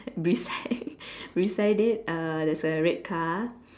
beside beside it uh there's a red car